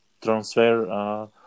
transfer